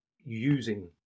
using